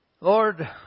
Lord